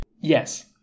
Yes